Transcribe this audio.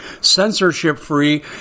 censorship-free